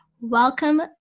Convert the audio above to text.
Welcome